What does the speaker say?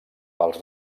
pels